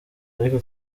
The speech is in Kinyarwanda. ariko